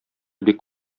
бик